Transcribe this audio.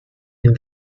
him